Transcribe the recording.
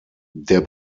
der